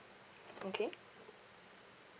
okay